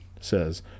says